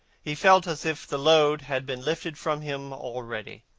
he felt as if the load had been lifted from him already.